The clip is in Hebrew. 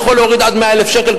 זה יכול להוריד עד 100,000 שקל,